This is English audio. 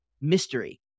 mystery